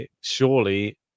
Surely